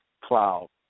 cloud